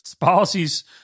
policies